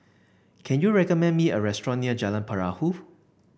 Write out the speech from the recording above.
can you recommend me a restaurant near Jalan Perahu